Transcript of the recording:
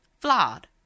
flawed